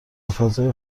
فضای